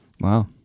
Wow